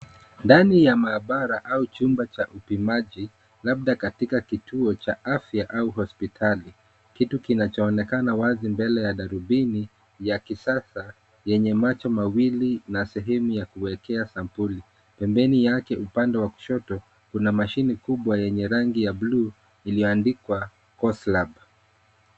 Ndani ya maabara au chumba cha upimaji, labda katika kituo cha afya au hospitali. Kitu kinachoonekana wazi mbele ya darubini ya kisasa yenye macho mawili na sehemu ya kuwekea sampuli. Pembeni yake, upande wa kushoto, kuna mashine kubwa yenye rangi ya buluu iliyoandikwa Cos Lab.